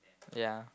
ya